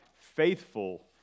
faithful